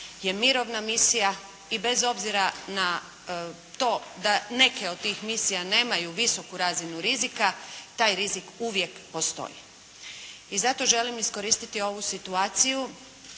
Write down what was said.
je mirovna misija i bez obzira na to da neke od tih misija nemaju visoku razinu rizika taj rizik uvijek postoji. I zato želim iskoristiti ovu situaciju